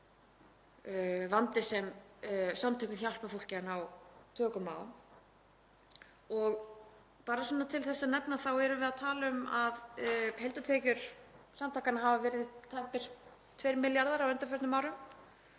vandi sem samtökin hjálpa fólki að ná tökum á. Bara svona til að nefna það þá erum við að tala um að heildartekjur samtakanna hafa verið tæpir 2 milljarðar á undanförnum árum.